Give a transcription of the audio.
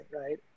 right